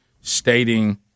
stating